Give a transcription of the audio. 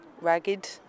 ragged